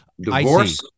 divorce